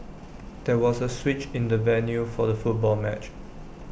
there was A switch in the venue for the football match